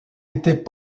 était